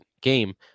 game